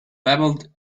babbled